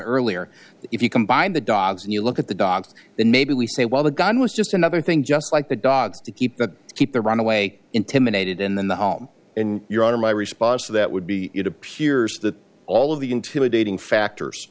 earlier if you combine the dogs and you look at the dogs then maybe we say well the gun was just another thing just like the dogs to keep that keep the runaway intimidated in the home in your honor my response to that would be it appears that all of the intimidating factors